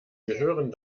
gehören